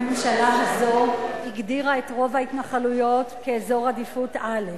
הממשלה הזו הגדירה את רוב ההתנחלויות כאזור עדיפות א';